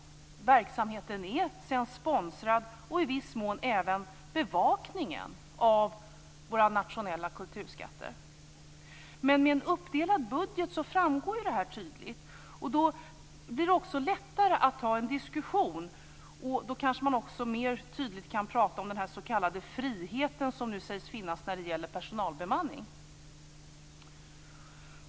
Verksamheten är sedan sponsrad och i viss mån även bevakningen av våra nationella kulturskatter. Med en uppdelad budget framgår detta tydligt. Då blir det också lättare att ta en diskussion. Dessutom kan man kanske mer tydligt prata om den s.k. frihet som sägs finnas när det gäller personal.